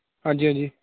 हां जी हां जी